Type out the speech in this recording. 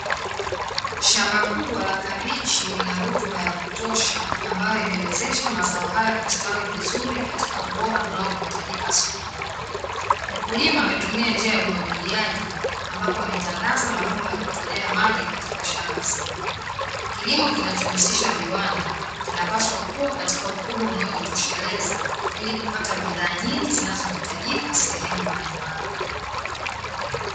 Shamba kubwa la kabichi lina rutuba ya kutosha ambayo imewezesha mazao haya kustawi vizuri katika ubora unaohitajika sokoni. Mkulima ametumia njia ya umwagiliaji ambapo ametandaza mabomba ya kutolea maji katika shamba zima. Kilimo kinachohusisha viwanda kinapaswa kuwa katika ukubwa unaojitosheleza ili kupata bidhaa nyingi zinazohitajika sehemu mbalimbali.